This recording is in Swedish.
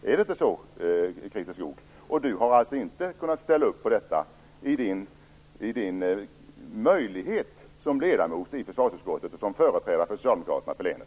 Christer Skoog har alltså inte kunnat ställa upp på detta, trots att han har haft möjlighet till det som ledamot i försvarsutskottet och som företrädare för socialdemokraterna i länet.